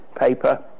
paper